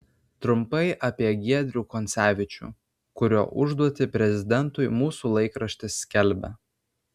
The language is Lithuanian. trumpai apie giedrių koncevičių kurio užduotį prezidentui mūsų laikraštis skelbia